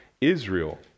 Israel